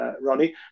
Ronnie